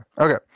Okay